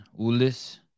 Ulis